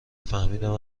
فهمیدم